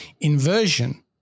inversion